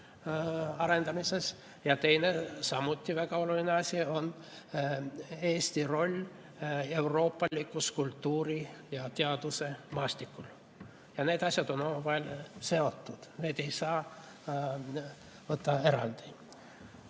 arendamises ja teine, samuti väga oluline asi on Eesti roll euroopalikul kultuuri‑ ja teadusmaastikul. Need asjad on omavahel seotud, neid ei saa võtta eraldi.